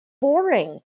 boring